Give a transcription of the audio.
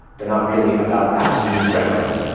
they are not really about absolute reference,